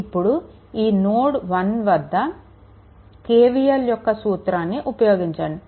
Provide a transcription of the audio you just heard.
ఇప్పుడు ఈ నోడ్1 వద్ద KVL యొక్క సూత్రాన్ని ఉపయోగించండి